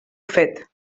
fet